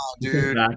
dude